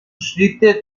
schritte